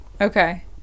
Okay